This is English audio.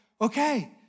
okay